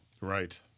Right